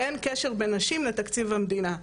אין קשר בין נשים לתקציב המדינה.